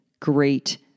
great